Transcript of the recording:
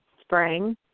spring